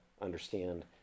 understand